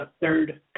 third